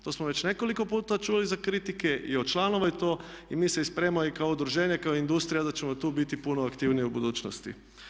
To smo već nekoliko puta čuli za kritike i od članova i mi se spremamo i kao udruženje i kao industrija da ćemo tu biti puno aktivniji u budućnosti.